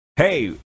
Hey